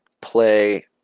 play